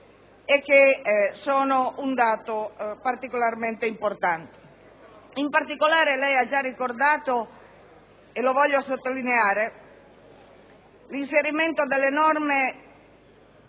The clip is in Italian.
e che rappresentano un dato particolarmente importante. In particolare, lei ha già ricordato - e voglio sottolinearlo - l'inserimento delle norme